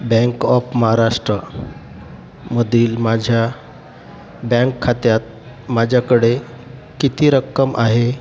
bank of महाराष्ट्रमधील माझ्या bank खात्यात माझ्याकडे किती रक्कम आहे